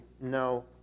No